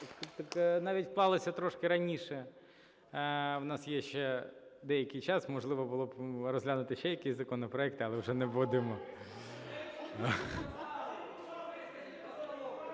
навіть вклалися трошки раніше. У нас є ще деякий час. Можливо, було б розглянути ще якісь законопроекти, але вже не будемо.